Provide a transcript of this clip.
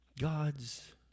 God's